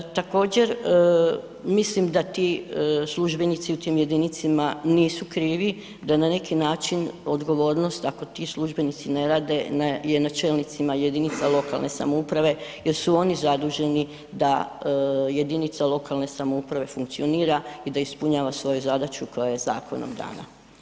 Također mislim da ti službenici u tim jedinicama nisu krivi, da na neki način odgovornost ako ti službenici ne rade je na čelnicima jedinica lokalne samouprave jer su oni zaduženi da jedinica lokalne samouprave funkcionira i da ispunjava svoju zadaću koja je zakonom dana.